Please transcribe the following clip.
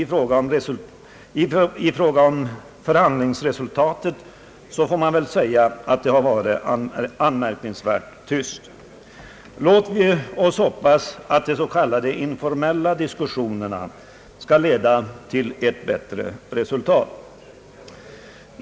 I fråga om förhandlingsresultatet får man väl säga att det har varit anmärkningsvärt tyst. Låt oss hoppas att de s.k. in formella diskussionerna skall leda till ett bättre resultat.